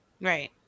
Right